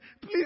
please